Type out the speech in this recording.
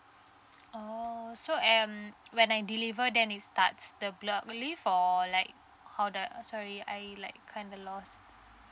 oh so I'm when I deliver then it starts the block leave for like how do I sorry I like kind of lost